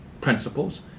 principles